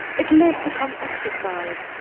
it lives upon exercise,